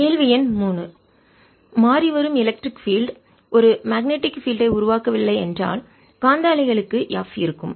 57x கேள்வி எண் 3 மாறிவரும் எலக்ட்ரிக் பீல்டு மின்சார புலம் ஒரு மேக்னெட்டிக் பீல்டு காந்தப்புலத்தை ஐ உருவாக்கவில்லை என்றால் காந்த அலைகளுக்கு f இருக்கும்